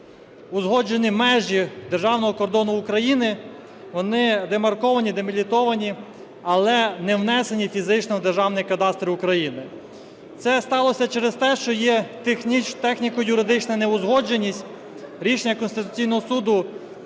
узгоджені межі державного кордону України, вони демарковані, делімітовані, але не внесені фізично в Державний кадастр України. Це сталося через те, що є техніко-юридична неузгодженість, рішення Конституційного Суду